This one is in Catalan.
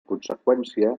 conseqüència